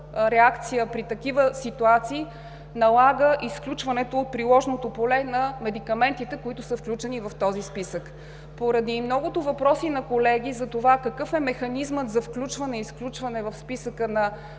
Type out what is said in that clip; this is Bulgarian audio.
реакция при такива ситуации налага изключването от приложното поле на включените в този списък медикаменти. Поради многото въпроси на колеги за това какъв е механизмът за включване и изключване в списъка на